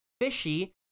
fishy